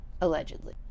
allegedly